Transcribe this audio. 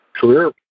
career